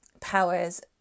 powers